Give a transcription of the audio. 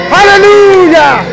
Hallelujah